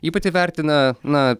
ji pati vertina na